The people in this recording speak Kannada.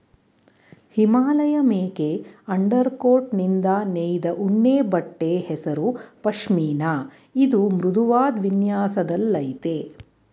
ಹಿಮಾಲಯಮೇಕೆ ಅಂಡರ್ಕೋಟ್ನಿಂದ ನೇಯ್ದ ಉಣ್ಣೆಬಟ್ಟೆ ಹೆಸರು ಪಷ್ಮಿನ ಇದು ಮೃದುವಾದ್ ವಿನ್ಯಾಸದಲ್ಲಯ್ತೆ